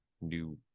new